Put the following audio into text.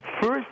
First